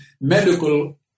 medical